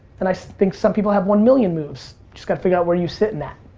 and i think some people have one million moves, just gotta figure out where you sit in that.